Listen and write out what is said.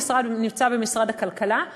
ולכן עדיף לנו ללכת על שלוש ארבע,